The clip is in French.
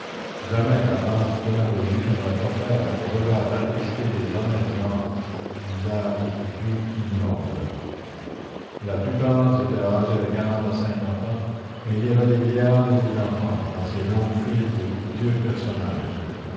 jamais la basse démagogie n'avait offert aux regards attristés des honnêtes gens visages plus ignobles la plupart étaient âgés de quarante à cinquante ans mais il y avait des vieillards et des enfants dans ces longues files de hideux personnages